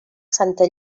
santa